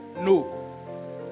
no